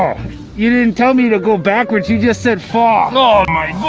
um you didn't tell me to go backwards. you just said fall. oh my